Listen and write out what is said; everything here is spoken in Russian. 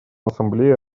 ассамблеи